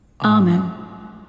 Amen